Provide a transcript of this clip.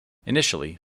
initially